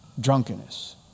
drunkenness